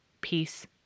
Peace